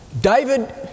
David